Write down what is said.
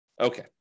Okay